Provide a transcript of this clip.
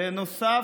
בנוסף,